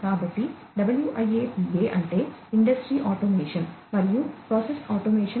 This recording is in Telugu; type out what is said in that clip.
కాబట్టి WIA PA అంటే ఇండస్ట్రీ ఆటోమేషన్